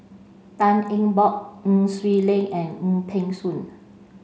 Tan Eng Bock Nai Swee Leng and Wong Peng Soon